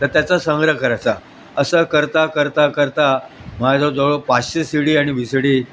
तर त्याचा संग्रह करायचा असं करता करता करता माझ्याजवळ जवळ पाचशे सी डी आणि वी सी डी